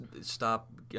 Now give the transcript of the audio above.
stop